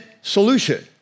solution